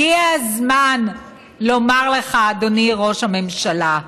הגיע הזמן לומר לך, אדוני ראש הממשלה: